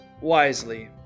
wisely